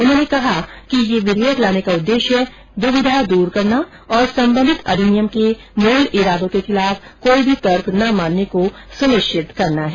उन्होंने कहा कि ये विधेयक लाने का उद्देश्य दुविधा दूर करना और संबंधित अधिनियम के मूल इरादों के खिलाफ काई भी तर्क न मानने को सुनिश्चित करना है